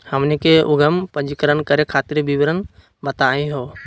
हमनी के उद्यम पंजीकरण करे खातीर विवरण बताही हो?